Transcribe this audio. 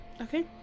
Okay